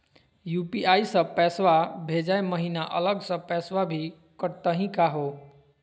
UPI स पैसवा भेजै महिना अलग स पैसवा भी कटतही का हो?